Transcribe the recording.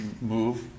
move